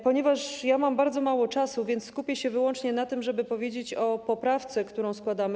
Ponieważ mam bardzo mało czasu, więc skupię się wyłącznie na tym, żeby powiedzieć o poprawce, którą składamy.